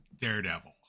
Daredevil